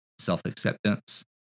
self-acceptance